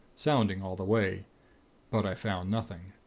sounding all the way but i found nothing.